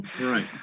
right